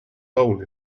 role